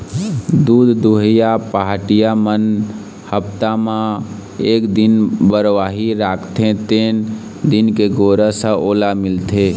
दूद दुहइया पहाटिया मन हप्ता म एक दिन बरवाही राखते तेने दिन के गोरस ह ओला मिलथे